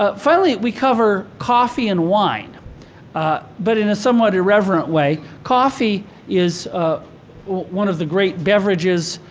ah finally, we cover coffee and wine but in a somewhat irreverent way. coffee is ah one of the great beverages,